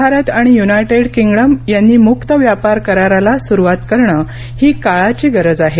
भारत आणि United Kingdom यांनी मुक्त व्यापार कराराला सुरुवात करण ही काळाची गरज आहे